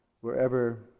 wherever